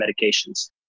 medications